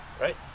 right